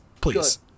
Please